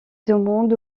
demande